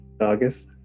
August